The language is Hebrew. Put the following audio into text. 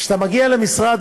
כשאתה מגיע למשרד